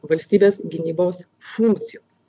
valstybės gynybos funkcijos